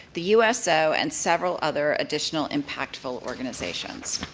the uso and several other additional impactful organizations.